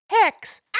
Hex